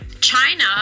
China